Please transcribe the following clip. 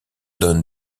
donne